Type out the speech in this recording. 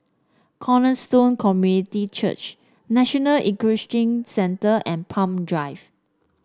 Cornerstone Community Church National Equestrian Centre and Palm Drive